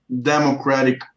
Democratic